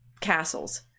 castles